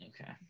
okay